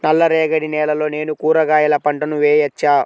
నల్ల రేగడి నేలలో నేను కూరగాయల పంటను వేయచ్చా?